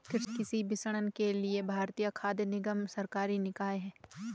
कृषि विपणन के लिए भारतीय खाद्य निगम सरकारी निकाय है